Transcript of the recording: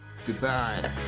Goodbye